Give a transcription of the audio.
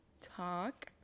talk